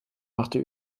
machte